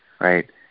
right